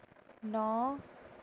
ন